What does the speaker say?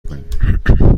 کنیم